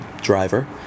driver